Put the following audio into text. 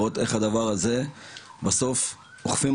אנחנו בסופו